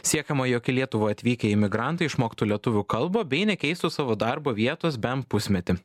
siekiama jog į lietuvą atvykę imigrantai išmoktų lietuvių kalbą bei nekeistų savo darbo vietos bent pusmetį